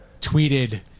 tweeted